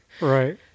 Right